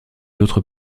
autres